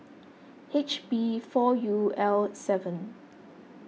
H B four U L seven